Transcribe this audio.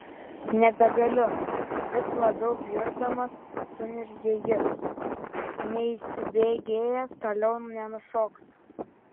nebegaliu vis labiau bjurdamas suniurzgė jis neįsibėgėjęs toliau nenušoksiu